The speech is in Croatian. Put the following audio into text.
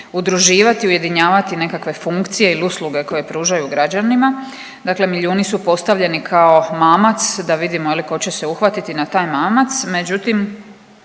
udruživati i ujedinjavati nekakve funkcije ili usluge koje pružaju građanima. Dakle, milijuni su postavljeni kao mamac da vidimo je li ko će se uhvatiti na taj mamac, međutim